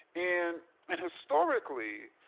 and and historically,